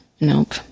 Nope